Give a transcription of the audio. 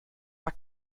war